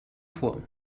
vor